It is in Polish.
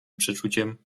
przeczuciem